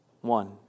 One